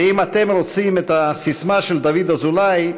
ואם אתם רוצים את הסיסמה של דוד אזולאי,